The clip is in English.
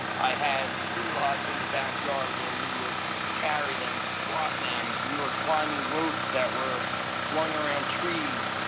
i had tree logs in the backyard where we would carry them, squat them. we were climbing ropes that were slung around trees.